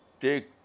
take